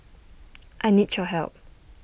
I need your help